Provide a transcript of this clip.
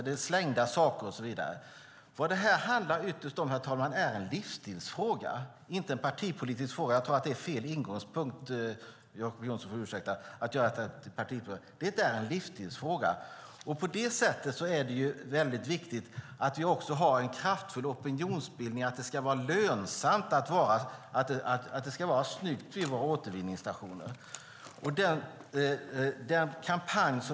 Detta är ytterst en livsstilsfråga, herr talman. Jacob Johnson får ursäkta, men jag tror att det är fel att göra det till en partipolitisk fråga. Det är en livsstilsfråga. Därför är det viktigt att ha en kraftfull opinionsbildning. Det ska vara lönsamt att hålla det snyggt vid återvinningsstationerna.